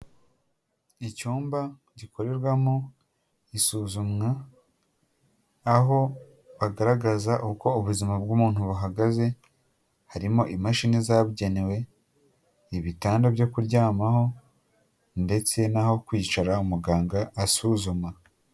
Icyumba gikorerwamo isuzumwa, aho bagaragaza uko ubuzima bw'umu buhagaze, harimo imashini zabugenewe, ibitanda byo kuryamaho ndetse naho kwicara muganga asuzuma.